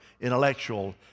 intellectual